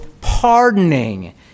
pardoning